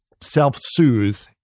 self-soothe